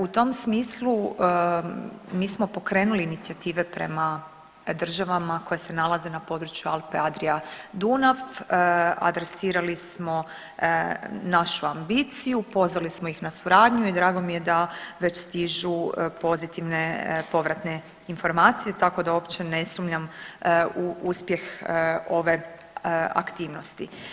U tom smislu mi smo pokrenuli inicijative prema državama koje se nalaze na području Alpe-Adria-Dunav, adresirali smo našu ambiciju, pozvali smo ih na suradnju i drago mi je da već stižu pozitivne povratne informacije, tako da uopće ne sumnjam u uspjeh ove aktivnosti.